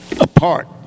apart